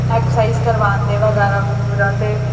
exercise करोआंदे बगैरा बगूरा ते